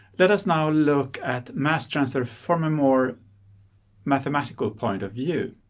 let us now look at mass transfer from a more mathematical point of view.